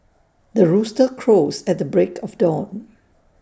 the rooster crows at the break of dawn